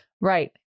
Right